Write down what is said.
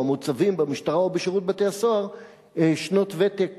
או המוצבים במשטרה או בשירות בתי-הסוהר שנות ותק